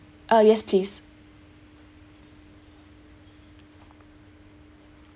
uh yes please